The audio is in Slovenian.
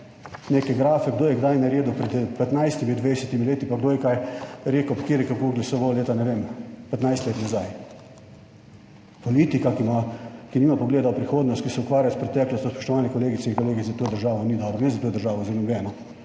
neke grafe, kdo je kdaj naredil pred 15, 20 leti, pa kdo je kaj rekel, kateri kako je glasoval leta, ne vem, 15 let nazaj. Politika, ki nima pogleda v prihodnost, ki se ukvarja s preteklostjo, spoštovani kolegice in kolegi, za to državo ni dobro, ne za to državo, za nobeno.